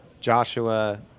Joshua